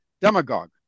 demagogue